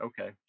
Okay